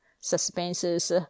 suspenses